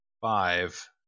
Five